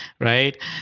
right